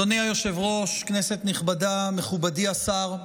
אדוני היושב-ראש, כנסת נכבדה, מכובדי השר,